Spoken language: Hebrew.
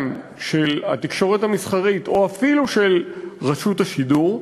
של התקשורת האזרחית או אפילו של רשות השידור,